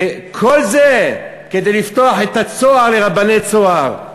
וכל זה כדי לפתוח את הצוהר לרבני "צהר".